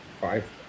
Five